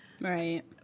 Right